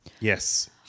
Yes